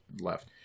left